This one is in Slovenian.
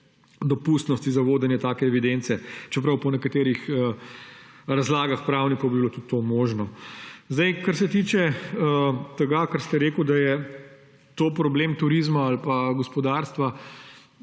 dopustnosti za vodenje take evidence, čeprav bi bilo po nekaterih razlagah pravnikov tudi to možno. Kar se tiče tega, kar ste rekli, da je to problem turizma ali pa gospodarstva.